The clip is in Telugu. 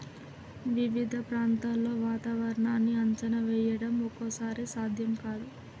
వివిధ ప్రాంతాల్లో వాతావరణాన్ని అంచనా వేయడం ఒక్కోసారి సాధ్యం కాదు